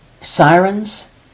sirens